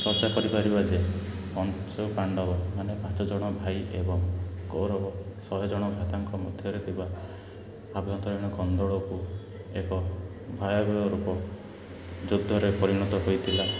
ଚର୍ଚ୍ଚା କରିପାରିବା ଯେ ପଞ୍ଚୁପାଣ୍ଡବ ମାନେ ପାଞ୍ଚଜଣ ଭାଇ ଏବଂ କୌରଵ ଶହେଜଣ ଭ୍ରାତାଙ୍କ ମଧ୍ୟରେ ଥିବା ଆଭ୍ୟନ୍ତରୀଣ ଗଣ୍ଡଗୋଳକୁ ଏକ ଭୟାବହ ରୂପ ଯୁଦ୍ଧରେ ପରିଣତ ହୋଇଥିଲା